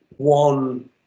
one